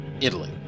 Italy